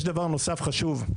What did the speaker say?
יש דבר נוסף חשוב.